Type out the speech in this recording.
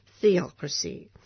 theocracy